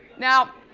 now,